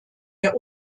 der